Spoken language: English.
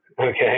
okay